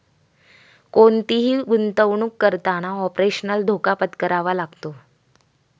कोणतीही गुंतवणुक करताना ऑपरेशनल धोका पत्करावा लागतो